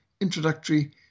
introductory